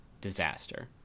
disaster